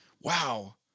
Wow